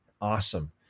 Awesome